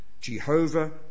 Jehovah